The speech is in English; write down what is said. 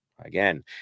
Again